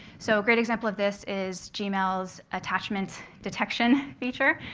so a great example of this is gmail's attachment detection feature.